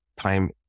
time